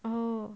oh